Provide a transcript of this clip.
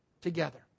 together